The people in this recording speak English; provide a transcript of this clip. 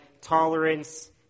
tolerance